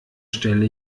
stelle